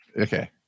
Okay